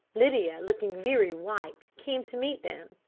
lydia, looking very white, came to meet them.